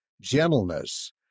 gentleness